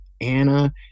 Anna